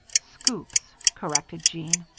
scoops, corrected jean.